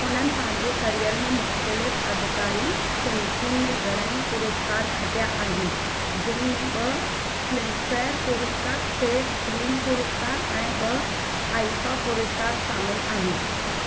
हुननि पंहिंजे करियर में मुख़्तलिफ़ अधिकारी सिन्फ़ुनि में घणाई पुरुस्कार खटिया आहिनि जिन में ब॒ फ्लिमफेयर पुरुस्कार टे स्क्रीन पुरुस्कार ऐं ब॒ आईफा पुरुस्कार शामिल आहिनि